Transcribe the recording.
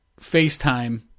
FaceTime